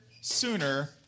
Sooner